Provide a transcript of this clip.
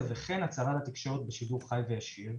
וכן הצהרה לתקשורת בשידור חי וישיר.